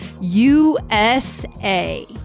USA